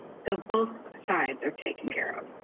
so both sides are taken care of.